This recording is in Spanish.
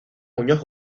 muñoz